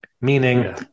meaning